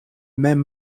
mem